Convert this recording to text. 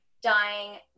dying